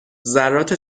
ذرات